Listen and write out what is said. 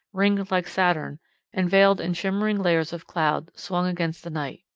ringed like saturn and veiled in shimmering layers of cloud, swung against the night.